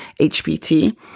HPT